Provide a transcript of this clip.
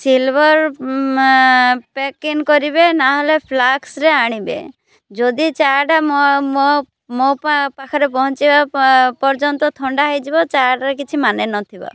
silver packing କରିବେ ନହେଲେ ଫ୍ଲାସ୍କରେ ଆଣିବେ ଯଦି ଚା'ଟା ମୋ ପାଖରେ ପହଞ୍ଚିବା ପର୍ଯ୍ୟନ୍ତ ଥଣ୍ଡା ହେଇଯିବ ଚା'ଟାରେ କିଛି ମାନେ ନଥିବ